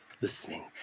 listening